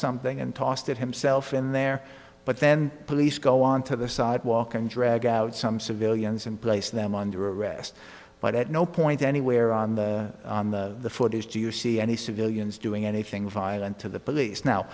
something and tossed it himself in there but then police go on to the sidewalk and drag out some civilians and place them under arrest but at no point anywhere on the footage do you see any civilians doing anything violent to the police now